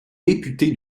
député